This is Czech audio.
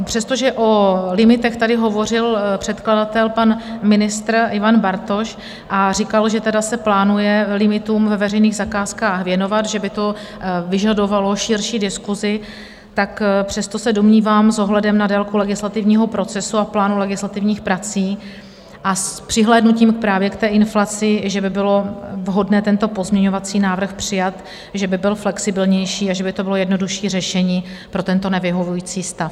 Přestože o limitech tady hovořil předkladatel pan ministr Ivan Bartoš a říkal, že se plánuje limitům ve veřejných zakázkách věnovat, že by to vyžadovalo širší diskusi, tak přesto se domnívám s ohledem na délku legislativního procesu a plánu legislativních prací a s přihlédnutím právě k té inflaci, že by bylo vhodné tento pozměňovací návrh přijmout, že by byl flexibilnější a že by to bylo jednodušší řešení pro tento nevyhovující stav.